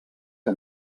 que